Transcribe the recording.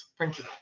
thank you.